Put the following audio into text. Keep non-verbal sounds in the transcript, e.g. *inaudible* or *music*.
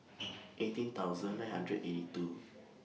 *noise* eighteen thousand nine hundred eighty two